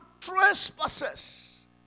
trespasses